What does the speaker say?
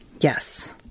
Yes